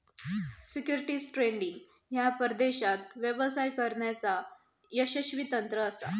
securities trading ह्या परदेशात व्यवसाय करण्याचा यशस्वी तंत्र असा